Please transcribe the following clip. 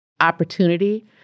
opportunity